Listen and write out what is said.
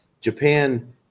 Japan